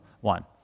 one